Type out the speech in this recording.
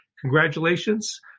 Congratulations